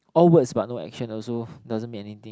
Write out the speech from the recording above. all words but no action also doesn't mean anything